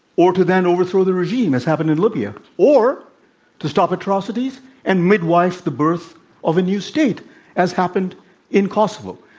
or to then overthrow the regime as happened in libya or to stop atrocities and midwife the birth of a new state as happened in kosovo?